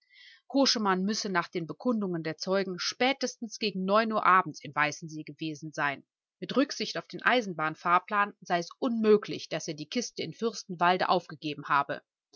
koschemann müsse nach den bekundungen der zeugen spätestens gegen neun uhr abends in weißensee gewesen sein mit rücksicht auf den eisenbahnfahrplan sei es unmöglich daß er die kiste in fürstenwalde aufgegeben habe